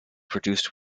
produced